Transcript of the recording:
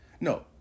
No